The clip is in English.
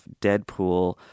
Deadpool